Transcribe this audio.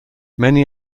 many